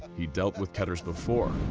he'd dealt with keters before,